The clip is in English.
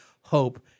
HOPE